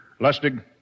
Lustig